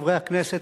חברי הכנסת,